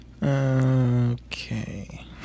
Okay